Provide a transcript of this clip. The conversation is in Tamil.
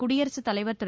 குடியரசுத் தலைவர் திரு